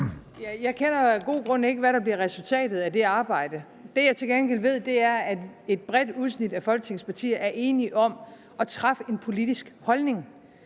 Jeg ved af gode grund ikke, hvad der bliver resultatet af det arbejde. Det, jeg til gengæld ved, er, at et bredt udsnit af Folketingets partier er enige om at have en politisk holdning.